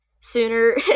sooner